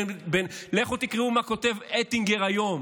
לכו תקראו מה כותב אטינגר היום